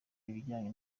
ibijyanye